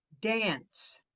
dance